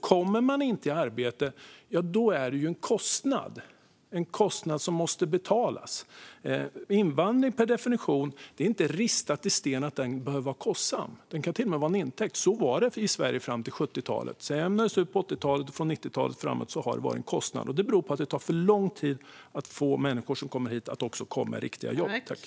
Kommer man inte i arbete är det en kostnad som måste betalas. Det är inte ristat i sten att invandring per definition behöver vara kostsam. Den kan till och med vara en intäkt. Så var det i Sverige fram till 70talet. Sedan ändrades det på 80-talet, och från 90-talet och framåt har det varit en kostnad. Det beror på att det tar för lång tid att få människor som kommer hit att komma i riktiga jobb.